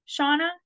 Shauna